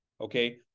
Okay